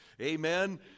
Amen